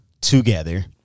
together